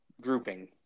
grouping